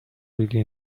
really